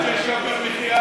יוקר מחיה.